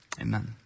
Amen